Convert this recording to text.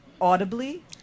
Audibly